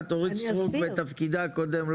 אורית סטרוק בתפקידה הקודם,